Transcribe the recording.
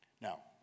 Now